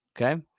Okay